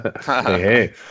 Hey